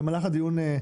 במהלך הדיון,